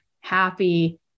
happy